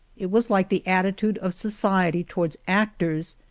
it was like the attitude of society toward actors,